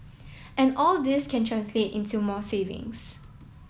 and all this can translate into more savings